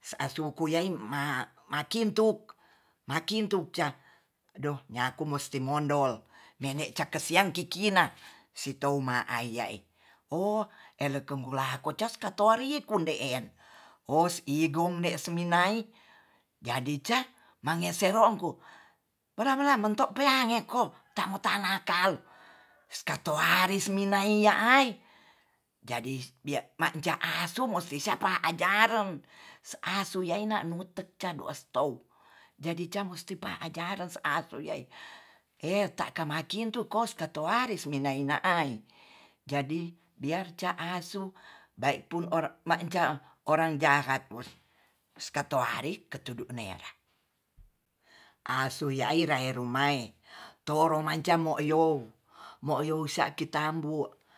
sa'atuku yai ma-ma kintuk-makintuk ca adoh nyaku musti modol mene cake sian kikina sitouma ayae o elekomgula kocas katorie konde'en ose igong ne semi de' nae jadi ca mange sere'ongku pera mela mentok pelang ekoo ta mo tangakal skal toairis minaia ai jadi bia ma ja asu mosti sapa ajaren ase asu yaena nuetek candu estou jdi ca musti ahajaren seasewiai eta kamakintu kos ketoaris mina-mina aii jadi biar ca asu baikpun ore na jam orang jahat hus kato ari ketudu nerah asu yaira eru mae tolo mancam mo you, mo you saki tambu